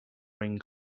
ring